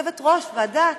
יושבת-ראש הוועדה